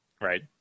right